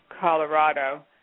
Colorado